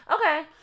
Okay